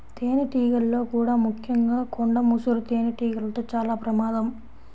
తేనెటీగల్లో కూడా ముఖ్యంగా కొండ ముసురు తేనెటీగలతో చాలా ప్రమాదం